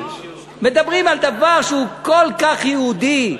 מדברים על דבר שהוא כל כך יהודי,